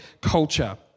culture